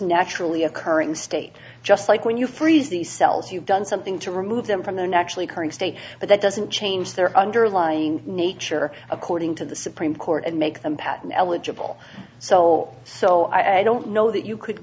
naturally occurring state just like when you freeze the cells you've done something to remove them from their naturally occurring state but that doesn't change their underlying nature according to the supreme court and make them pattern eligible cell so i don't know that you could